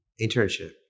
internship